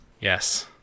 Yes